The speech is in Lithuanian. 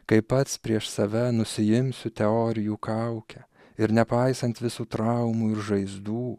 kai pats prieš save nusiimsiu teorijų kaukę ir nepaisant visų traumų ir žaizdų